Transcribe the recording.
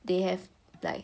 they have like